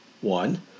One